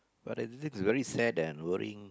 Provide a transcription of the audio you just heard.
but I think this is very sad and worrying